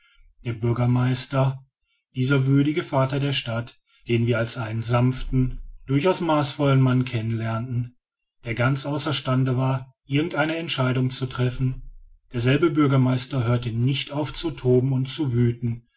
der bürgermeister dieser würdige vater der stadt den wir als einen sanften durchaus maßvollen mann kennen lernten der ganz außer stande war irgend eine entscheidung zu treffen derselbe bürgermeister hörte nicht auf zu toben und zu wüthen